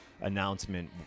announcement